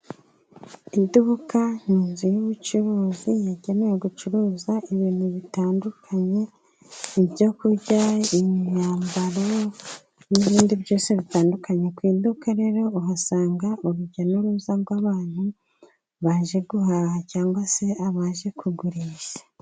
Iduka ni inzu y'ubucuruzi, yagenewe gucuruza ibintu bitandukanye: ibyo kurya, imyambaro, n'ibindi byose bitandukanye. Ku iduka rero, uhasanga urujya n'uruza rw'abantu baje guhaha cyangwa se abaje kugurisha.